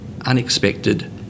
unexpected